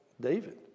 David